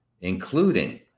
including